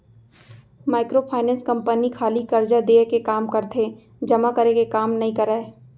micro finance company खाली करजा देय के काम करथे जमा करे के काम नइ करय